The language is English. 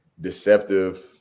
deceptive